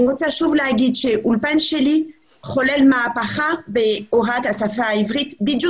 אני רוצה שוב להגיד ש'אולפן שלי' חולל מהפכה בהוראת השפה העברית בדיוק